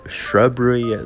shrubbery